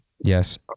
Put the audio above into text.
Yes